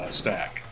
stack